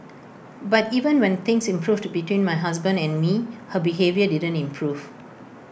but even when things improved between my husband and me her behaviour didn't improve